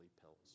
pills